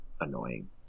annoying